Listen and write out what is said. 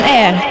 air